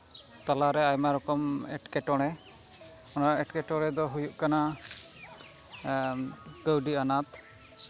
ᱛᱟᱞᱟᱨᱮ ᱟᱭᱢᱟ ᱨᱚᱠᱚᱢ ᱮᱸᱴᱠᱮᱴᱚᱬᱮ ᱚᱱᱟ ᱮᱸᱴᱠᱮᱴᱚᱬᱮ ᱫᱚ ᱦᱩᱭᱩᱜ ᱠᱟᱱᱟ ᱠᱟᱹᱣᱰᱤ ᱟᱱᱟᱴ